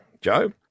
Joe